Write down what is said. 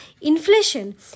inflation